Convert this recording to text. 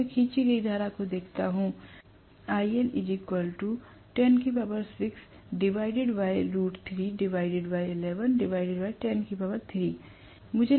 अगर मैं खींची गई धारा को देखता हूं